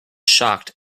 shocked